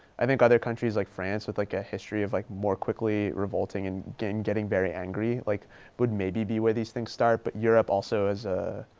i think other countries like france with like a history of like more quickly revolting and getting getting very angry, like would maybe be where these things start. but europe also has a,